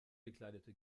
bekleidete